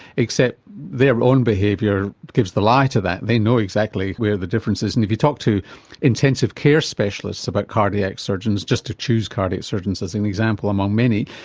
except their own behaviour gives a lie to that, they know exactly where the difference is and if you talk to intensive care specialists about cardiac surgeons, just to choose cardiac surgeons as an example among many,